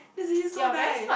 so nice